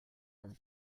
has